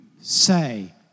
say